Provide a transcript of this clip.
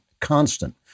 constant